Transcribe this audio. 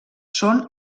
són